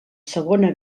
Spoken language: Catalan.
segona